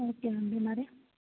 okay అండి మరి